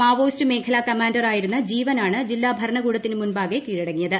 Maoist മേഖലാ commander ആയിരുന്ന ജീവനാണ് ജില്ലാഭരണകൂടത്തിന് മുമ്പാകെ കീഴടങ്ങിയത്